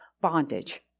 bondage